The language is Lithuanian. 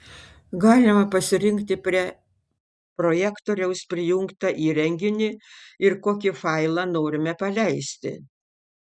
galima pasirinkti prie projektoriaus prijungtą įrenginį ir kokį failą norime paleisti